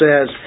says